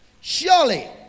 Surely